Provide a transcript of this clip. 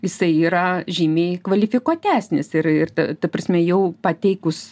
jisai yra žymiai kvalifikuotesnis ir ir ta ta prasme jau pateikus